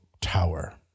Tower